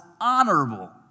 honorable